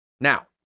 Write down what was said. Now